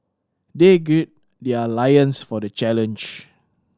they gird their lions for the challenge